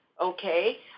okay